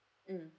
mm